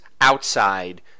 outside